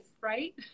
right